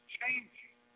changing